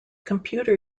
computer